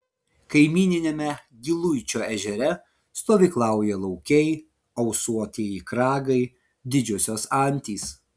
kaimyniniame giluičio ežere stovyklauja laukiai ausuotieji kragai didžiosios antys